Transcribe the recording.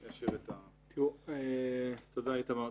תודה, איתמר.